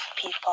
people